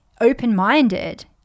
open-minded